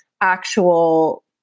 actual